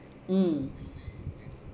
mm